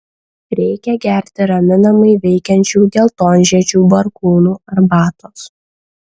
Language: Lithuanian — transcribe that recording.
reikia gerti raminamai veikiančių geltonžiedžių barkūnų arbatos